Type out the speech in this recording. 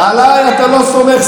עליי אתה לא סומך,